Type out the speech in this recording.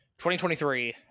2023